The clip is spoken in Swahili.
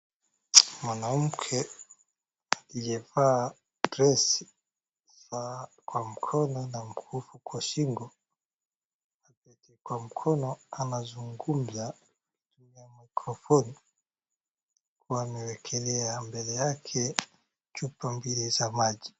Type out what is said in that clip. Mwanamke aliyevaa dress , saa kwa mkono na mkufu kwa shingo, na pete kwa mkono anazungumza kwenye micro phone akiwa amewekelea mbele yake chupa mbili za maji.